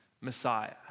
Messiah